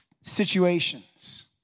situations